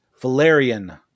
Valerian